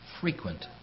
frequent